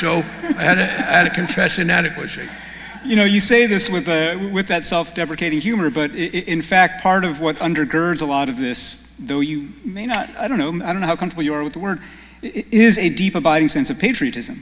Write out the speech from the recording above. at contests inadequacy you know you say this with with that self deprecating humor but in fact part of what undergirds a lot of this though you may not i don't know i don't know how come when you are with work is a deep abiding sense of patriotism